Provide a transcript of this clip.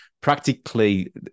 practically